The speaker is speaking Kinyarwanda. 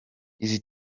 izi